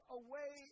away